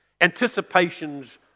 Anticipation's